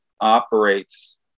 operates